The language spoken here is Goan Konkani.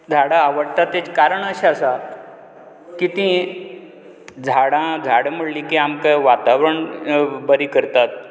झाडां आवडटा तें कारण अशें आसा की तीं झाडां झाड म्हणलीं की आमकां वातावरण बरीं करतात